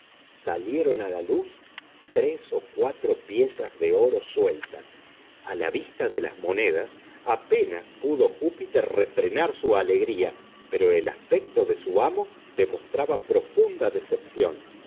salieron a luz tres o cuatro piezas de oro sueltas a la vista de las monedas apenas pudo júpiter refrenar su alegría pero el aspecto de su amo demostraba profunda decepción